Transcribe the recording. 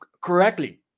Correctly